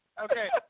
Okay